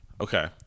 Okay